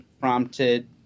prompted